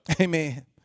Amen